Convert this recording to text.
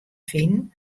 finen